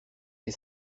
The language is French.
des